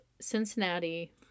Cincinnati